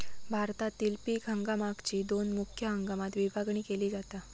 भारतातील पीक हंगामाकची दोन मुख्य हंगामात विभागणी केली जाता